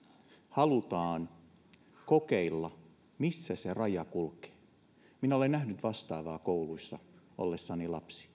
halutaan kokeilla missä se raja kulkee minä olen nähnyt vastaavaa kouluissa ollessani lapsi